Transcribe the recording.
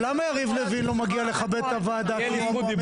למה יריב לוין לא מגיע לכבד את הוועדה כמו המועמדת הזו?